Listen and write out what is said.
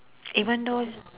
even though